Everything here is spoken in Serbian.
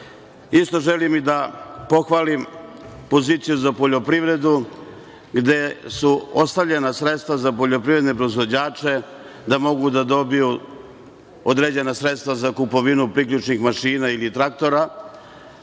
želim i da pohvalim poziciju za poljoprivredu gde su ostavljena sredstva za poljoprivredne proizvođače da mogu da dobiju određena sredstva za kupovinu priključnih mašina ili traktora,